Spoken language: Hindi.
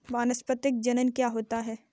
वानस्पतिक जनन क्या होता है?